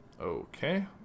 Okay